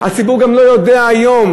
הציבור גם לא יודע היום,